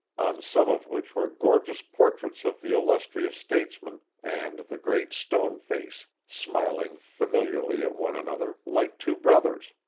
on some of which were gorgeous portraits of the illustrious statesman and the great stone face, smiling familiarly at one another, like two brothers.